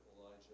Elijah